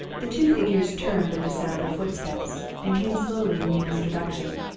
the two figures turned at the sound of footsteps, and came slowly in neale's direction.